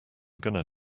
gonna